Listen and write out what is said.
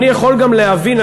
אני יכול גם להבין,